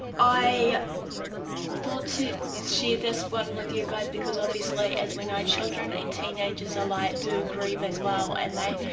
i thought to share this one with you guys because obviously as we know children and teenagers alike do grieve as well and they